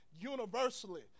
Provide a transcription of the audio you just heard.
universally